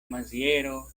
maziero